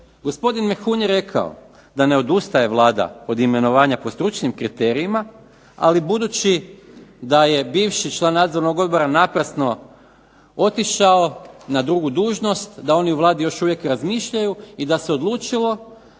Gospodin Mehun je rekao da ne odustaje Vlada od imenovanja po stručnim kriterijima, ali budući da je bivši član nadzornog odbora naprasno otišao na drugu dužnost, da oni u Vladi još uvijek razmišljaju i da se odlučilo